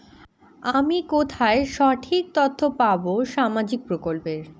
আমি কোথায় সঠিক তথ্য পাবো সামাজিক প্রকল্পের?